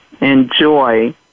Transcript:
enjoy